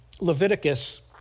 Leviticus